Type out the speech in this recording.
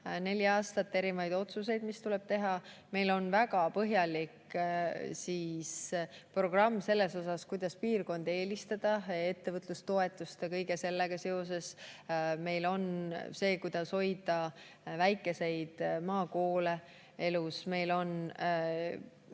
neli aastat erinevaid otsuseid, mis tuleb teha. Meil on väga põhjalik programm selles kohta, kuidas piirkondi eelistada ettevõtlustoetuste ja kõige sellega seoses. Meil on see, kuidas hoida väikeseid maakoole elus. Meil on